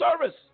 service